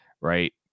right